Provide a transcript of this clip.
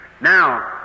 Now